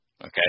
Okay